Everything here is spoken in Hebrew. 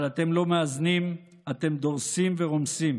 אבל אתם לא מאזנים, אתם דורסים ורומסים,